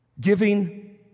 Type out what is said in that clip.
Giving